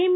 M